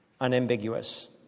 unambiguous